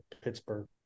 Pittsburgh